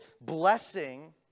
blessing